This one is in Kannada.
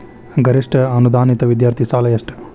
ಗರಿಷ್ಠ ಅನುದಾನಿತ ವಿದ್ಯಾರ್ಥಿ ಸಾಲ ಎಷ್ಟ